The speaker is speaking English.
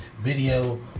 video